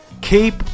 keep